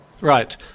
Right